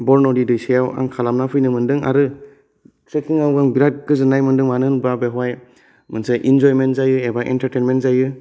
बर नदि दैसायाव आं खालामनानै फैनो मोनदों आरो ट्रेकिं आव आं बिरात गोजोननाय मोनदों मानो होनबा बेवहाय मोनस इन्जयमेन्ट जायो एबा एन्टारटेनमोन्ट जायो